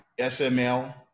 sml